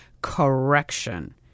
correction